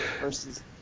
Versus